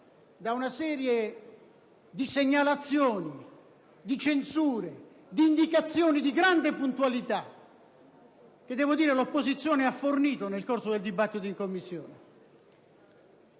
da una serie di segnalazioni, censure ed indicazioni di grande puntualità che l'opposizione ha fornito nel corso del dibattito in Commissione.